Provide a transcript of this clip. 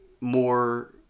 more